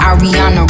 Ariana